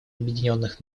объединенных